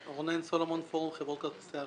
אני רונן סולומון, פורום חברות כרטיסי אשראי.